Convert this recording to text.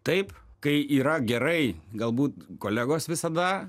taip kai yra gerai galbūt kolegos visada